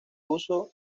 uso